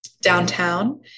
downtown